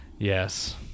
Yes